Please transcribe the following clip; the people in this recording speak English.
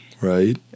right